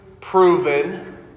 proven